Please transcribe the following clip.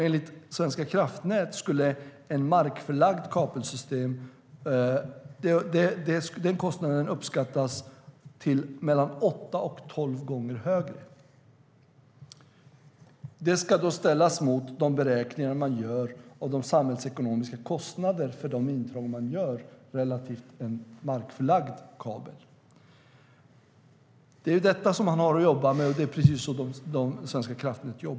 Enligt Svenska kraftnät uppskattas kostnaden för ett markförlagt kabelsystem ligga på mellan åtta och tolv gånger högre. Det ska då ställas mot de beräkningar som man gör av de samhällsekonomiska kostnaderna för de intrång som krävs vid en markförlagd kabel. Det är detta som man har att jobba med, och det är precis det som Svenska kraftnät gör.